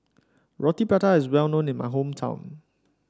Roti Prata is well known in my hometown